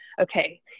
okay